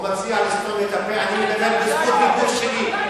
הוא מציע לסתום לי את הפה, אתה הצעת, רבותי.